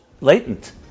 latent